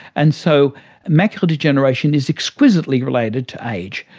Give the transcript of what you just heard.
and so macular degeneration is exquisitely related to age.